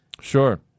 sure